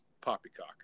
poppycock